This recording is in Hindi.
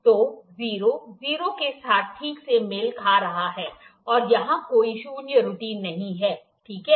तो 00 के साथ ठीक से मेल खा रहा है और यहाँ कोई शून्य त्रुटि नहीं है ठीक है